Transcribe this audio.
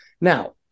Now